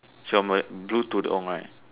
so what blue tudung right